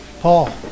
Paul